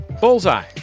Bullseye